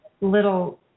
little